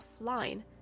offline